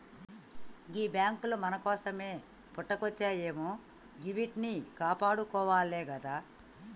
గీ బాంకులు మన కోసమే పుట్టుకొచ్జినయాయె గివ్విట్నీ కాపాడుకోవాలె గదా